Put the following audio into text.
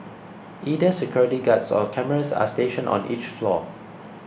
either security guards or cameras are stationed on each floor